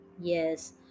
Yes